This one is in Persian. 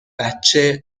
بچه